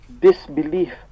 disbelief